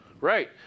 Right